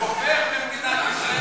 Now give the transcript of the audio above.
הוא כופר במדינת ישראל.